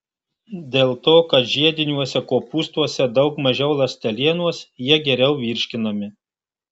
dėl to kad žiediniuose kopūstuose daug mažiau ląstelienos jie geriau virškinami